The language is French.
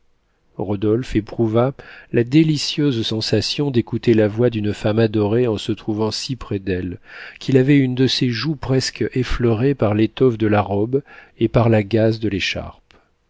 rodolphe éprouva la délicieuse sensation d'écouter la voix d'une femme adorée en se trouvant si près d'elle qu'il avait une de ses joues presque effleurée par l'étoffe de la robe et par la gaze de l'écharpe